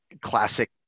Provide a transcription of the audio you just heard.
classic